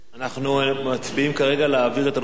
אנחנו מצביעים כרגע על העברת הנושא